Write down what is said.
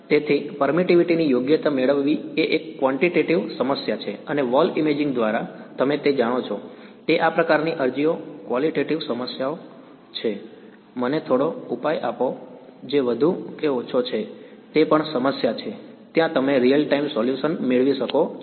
તેથી પરમિટીવીટી ની યોગ્યતા મેળવવી એ એક ક્વોન્ટિટેટીવ સમસ્યા છે અને વોલ ઇમેજિંગ દ્વારા તમે જે જાણો છો તે આ પ્રકારની અરજીઓ ક્વોલીટેટીવ સમસ્યાઓ છે મને થોડો ઉપાય આપો જે વધુ કે ઓછો છે તે પણ સમસ્યા છે ત્યાં તમે રીઅલ ટાઇમ સોલ્યુશન મેળવી શકો છો